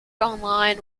online